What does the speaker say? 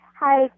Hi